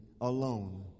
alone